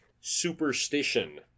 Superstition